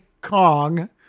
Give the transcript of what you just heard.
Kong